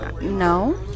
No